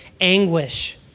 anguish